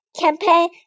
campaign